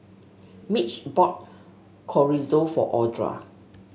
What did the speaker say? Mitch brought Chorizo for Audra